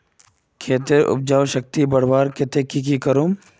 खेतेर उपजाऊ शक्ति बढ़वार केते की की करूम?